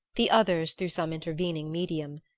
the others through some intervening medium.